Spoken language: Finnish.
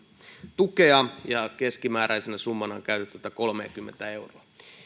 tukea ja keskimääräisenä summana on käytetty kolmeakymmentä euroa